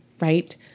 right